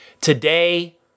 Today